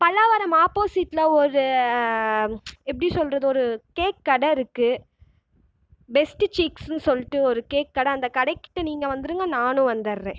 பல்லாவரம் ஆப்போசிட்டில் ஒரு எப்படி சொல்கிறது ஒரு கேக் கடை இருக்குது பெஸ்ட் சீக்ஸ்ன்னு சொல்லிட்டு ஒரு கேக் கடை அந்தக் கடை கிட்ட நீங்கள் வந்துருங்கள் நானும் வந்தடுறேன்